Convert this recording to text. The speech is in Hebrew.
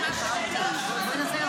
יש לך מידע?